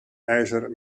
ijzer